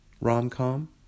Rom-com